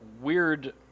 weird